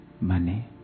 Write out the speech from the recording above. Money